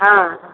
हँ हँ